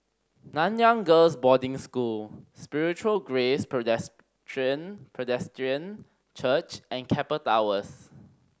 Nanyang Girls' Boarding School Spiritual Grace Presbyterian Church and Keppel Towers